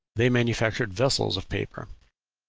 they manufactured vessels of paper.